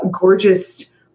gorgeous